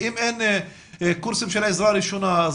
גם אם אין קורסים של עזרה ראשונה אז